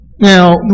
Now